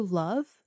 love